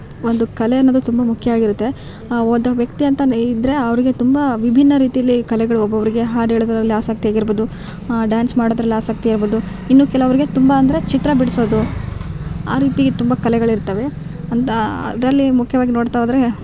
ಒಂದು ಕಲೆ ಅನ್ನೋದು ತುಂಬ ಮುಖ್ಯ ಆಗಿರುತ್ತೆ ಒದ್ದ ವ್ಯಕ್ತಿಯಂತನೇ ಇದ್ದರೆ ಅವರಿಗೆ ತುಂಬ ವಿಭಿನ್ನ ರೀತಿಯಲ್ಲಿ ಕಲೆಗಳು ಒಬ್ಬೊಬ್ಬರಿಗೆ ಹಾಡು ಹೇಳೋದರಲ್ಲಿ ಆಸಕ್ತಿ ಆಗಿರ್ಬೋದು ಡ್ಯಾನ್ಸ್ ಮಾಡೋದ್ರಲ್ಲಿ ಆಸಕ್ತಿ ಇರ್ಬೋದು ಇನ್ನು ಕೆಲವರಿಗೆ ತುಂಬ ಅಂದರೆ ಚಿತ್ರ ಬಿಡಿಸೋದು ಆ ರೀತಿ ತುಂಬ ಕಲೆಗಳಿರ್ತವೆ ಅಂಥಾ ಅದರಲ್ಲಿ ಮುಖ್ಯವಾಗಿ ನೋಡ್ತಾ ಹೋದ್ರೆ